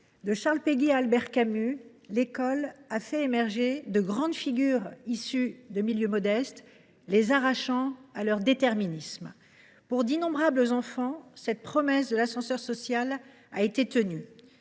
De Charles Péguy à Albert Camus, l’école a fait émerger de grandes figures issues de milieux modestes, les arrachant au déterminisme social. Pour d’innombrables enfants, cette promesse d’ascenseur social a bien été tenue.